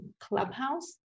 Clubhouse